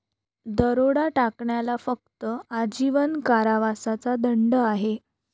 दरोडा टाकण्याला फक्त आजीवन कारावासाचा दंड आहे